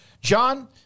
John